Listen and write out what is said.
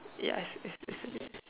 yes it is